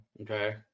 Okay